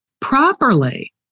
properly